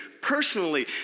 personally